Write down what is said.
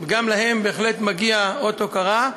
גם להם בהחלט מגיע אות הוקרה.